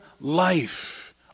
life